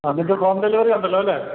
ആ നിങ്ങള്ക്ക് home delivery ഉണ്ടല്ലോ അല്ലെ